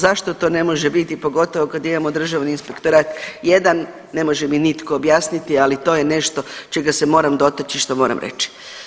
Zašto to ne može biti pogotovo kad imamo Državni inspektorat jedan, ne može mi nitko objasniti ali to je nešto čega se moram dotaći, što moram reći.